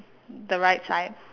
the right side